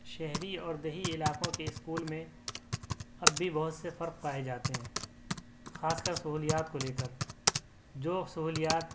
شہری اور دیہی علاقوں کے اسکول میں اب بھی بہت سے فرق پائے جاتے ہیں خاص کر سہولیات کو لے کر جو سہولیات